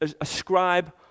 ascribe